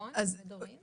רון או דורין?